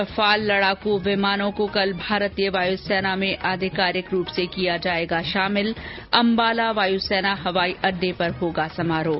Rafale लड़ाकू विमान को कल भारतीय वायुसेना में आधिकारिक रूप से किया जाएगा शामिल अंबाला वायुसेना हवाई अड्डे पर होगा समारोह